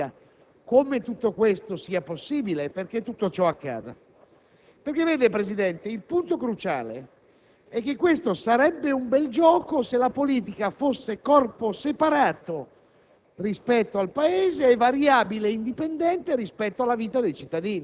allora chiedersi, in termini di scienza della politica, come tutto questo sia possibile, perché tutto ciò accada. Vede, Presidente, il punto cruciale è che questo sarebbe un bel gioco, se la politica fosse corpo separato